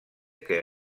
que